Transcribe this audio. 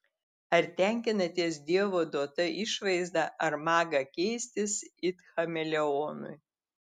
ar tenkinatės dievo duota išvaizda ar maga keistis it chameleonui